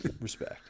respect